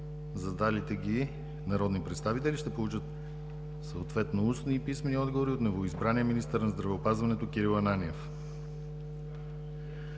задалите ги народни представители ще получат съответно устни и писмени отговори от новоизбрания министър на здравеопазването Кирил Ананиев.